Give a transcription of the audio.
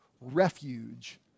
refuge